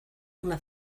una